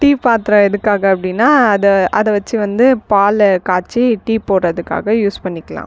tea பாத்ரதிம் எதுக்காக அப்படின்னா அத அத வச்சி வந்து பாலை காய்ச்சி டீ போடுறதுக்காக யூஸ் பண்ணிக்கலாம்